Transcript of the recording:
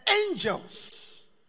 angels